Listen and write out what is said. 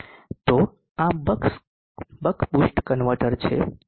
તો આ buck boost converter છે